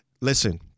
Listen